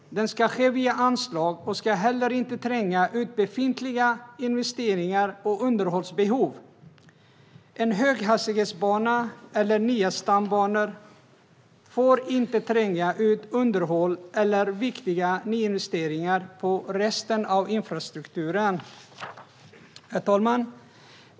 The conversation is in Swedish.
Den ska ske via anslag, och den ska inte tränga undan befintliga investeringar och underhållsbehov. En höghastighetsbana, eller nya stambanor, får inte tränga undan underhåll eller viktiga nyinvesteringar i resten av infrastrukturen. Herr talman!